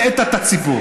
אתה הטעית את הציבור.